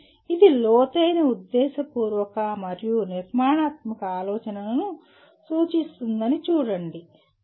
ఇది లోతైన ఉద్దేశపూర్వక మరియు నిర్మాణాత్మక ఆలోచనను సూచిస్తుందని చూడండి సరే